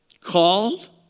called